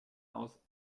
aus